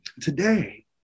Today